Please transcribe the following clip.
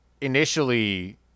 initially